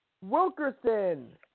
Wilkerson